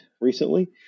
recently